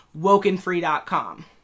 WokenFree.com